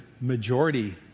majority